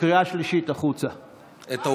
כאילו עכשיו התחילה הקורונה.